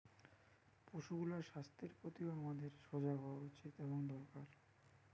পশুগুলার স্বাস্থ্যের প্রতিও আমাদের সজাগ হওয়া উচিত এবং দরকার